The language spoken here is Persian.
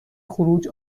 خروج